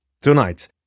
Tonight